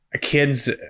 kids